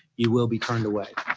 you will be turned away.